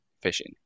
fishing